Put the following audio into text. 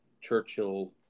Churchill